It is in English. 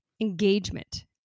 engagement